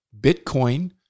Bitcoin